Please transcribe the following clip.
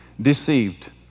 deceived